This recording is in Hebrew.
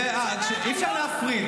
אי-אפשר להפריד.